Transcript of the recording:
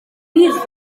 firws